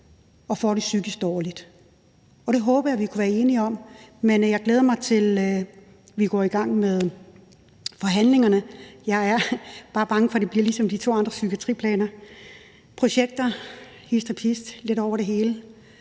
og får det psykisk dårligt. Og det håber jeg vi kan blive enige om. Men jeg glæder mig til, at vi går i gang med forhandlingerne. Jeg er bare bange for, det bliver ligesom de to andre psykiatriplaner, altså projekter hist og pist, lidt over det hele.